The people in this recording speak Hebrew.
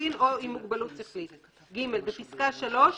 קטין או עם מוגבלות שכלית"; בפסקה (3),